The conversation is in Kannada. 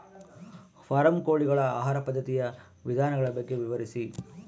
ಫಾರಂ ಕೋಳಿಗಳ ಆಹಾರ ಪದ್ಧತಿಯ ವಿಧಾನಗಳ ಬಗ್ಗೆ ವಿವರಿಸಿ?